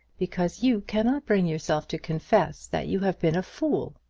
because you cannot bring yourself to confess that you have been a fool.